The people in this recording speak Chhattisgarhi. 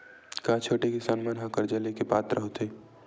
का छोटे किसान मन हा कर्जा ले के पात्र होथे?